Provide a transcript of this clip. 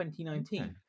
2019